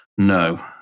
No